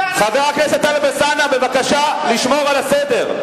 חבר הכנסת טלב אלסאנע, בבקשה לשמור על הסדר.